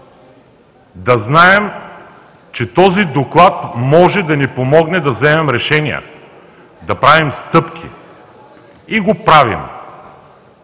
да знаем, че този Доклад може да ни помогне да вземем решения, да правим стъпки – и го правим.